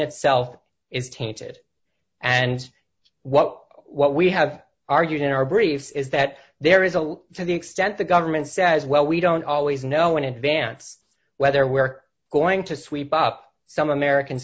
itself is tainted and what what we have argued in our briefs is that there is a lot to the extent the government says well we don't always know when to advance whether we're going to sweep up some american